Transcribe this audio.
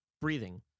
breathing